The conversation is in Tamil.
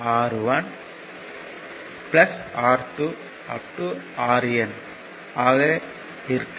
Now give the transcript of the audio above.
RN ஆக இருக்க வேண்டும்